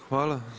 Hvala.